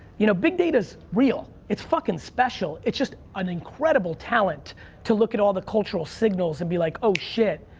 you know big data's real. it's fuckin' special. it's just an incredible talent to look at all the cultural signals and be like, oh shit.